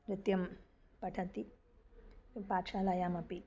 नृत्यं पठति पाठशालायामपि